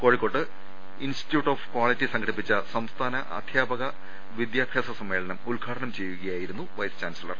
കോഴിക്കോട്ട് institute of quality സംഘടിപ്പിച്ച സംസ്ഥാന അധ്യാപക വിദ്യാഭ്യാസ സമ്മേളനം ഉദ്ഘാടനം ചെയ്യുകയായിരുന്നു വൈസ് ചാൻസലർ